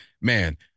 Man